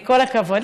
כל הכבוד.